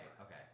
okay